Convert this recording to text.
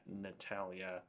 Natalia